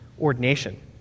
ordination